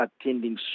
attending